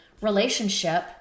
relationship